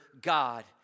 God